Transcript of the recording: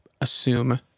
assume